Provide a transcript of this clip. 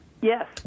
Yes